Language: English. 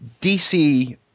DC